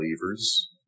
believers